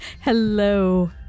Hello